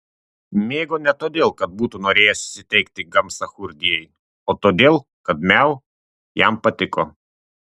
mėgo ne todėl kad būtų norėjęs įsiteikti gamsachurdijai o todėl kad miau jam patiko